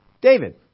David